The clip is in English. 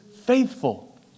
faithful